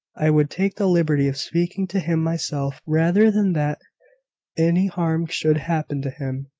i would take the liberty of speaking to him myself, rather than that any harm should happen to him.